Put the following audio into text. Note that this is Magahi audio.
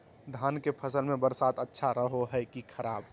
धान के फसल में बरसात अच्छा रहो है कि खराब?